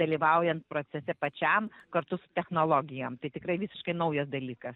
dalyvaujant procese pačiam kartu su technologijom tai tikrai visiškai naujas dalykas